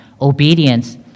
Obedience